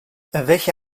welche